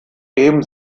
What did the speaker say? eben